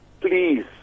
please